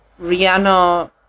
Rihanna